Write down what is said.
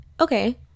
Okay